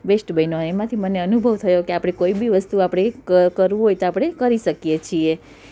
best બન્યો એમાંથી મને અનુભવ થયું કે આપણે કોઈ બી વસ્તુ ક ક કરવી હોય તો આપણે કરે શકીએ છીએ